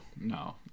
No